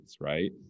right